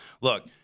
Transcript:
look